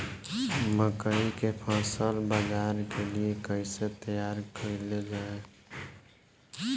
मकई के फसल बाजार के लिए कइसे तैयार कईले जाए?